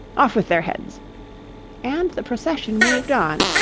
off with their heads and the procession moved on,